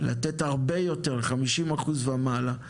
לתת הרבה יותר 50% ומעלה,